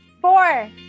Four